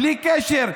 בלי קשר.